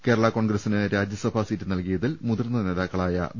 കേരളാ കോൺഗ്രസ്സിന് രാജ്യസഭാ സീറ്റ് നൽകിയതിൽ മുതിർന്ന നേതാക്കളായ വി